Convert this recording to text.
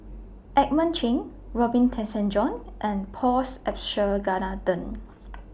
Edmund Cheng Robin Tessensohn and Paul's Abisheganaden